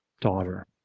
daughter